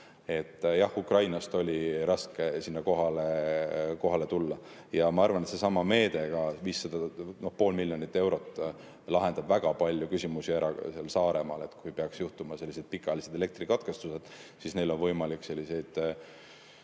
Jah, Ukrainast oli raske sinna kohale tulla. Ma arvan, et seesama meede – pool miljonit eurot – lahendab väga palju küsimusi ära ka Saaremaal. Kui peaksid juhtuma pikaajalised elektrikatkestused, siis neil on võimalik hoida